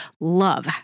love